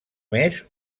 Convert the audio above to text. més